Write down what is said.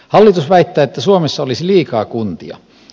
hallitus väittää että suomessa olisi liikaa kuntia